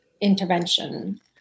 intervention